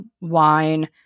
wine